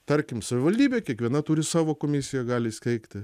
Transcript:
tarkim savivaldybė kiekviena turi savo komisiją gali įsteigti